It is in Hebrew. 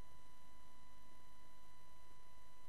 של